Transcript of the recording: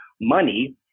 money